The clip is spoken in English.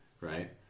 right